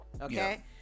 Okay